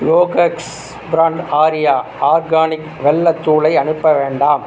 Evocus brand Arya organic வெல்லத் தூளை அனுப்ப வேண்டாம்